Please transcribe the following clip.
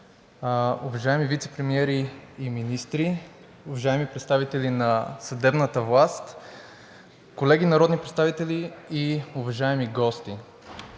уважаеми вицепремиери и министри, уважаеми представители на съдебната власт, колеги народни представители и уважаеми гости!